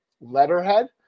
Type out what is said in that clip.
letterhead